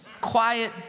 quiet